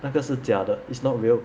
那个是假的 is not real